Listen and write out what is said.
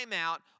out